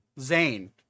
Zane